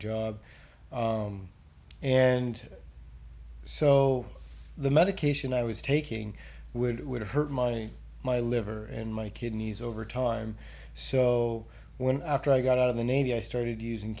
job and so the medication i was taking would would have hurt my my liver and my kidneys over time so when after i got out of the navy i started using